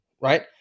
right